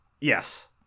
yes